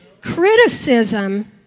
Criticism